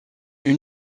une